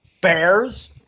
Bears